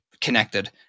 connected